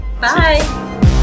Bye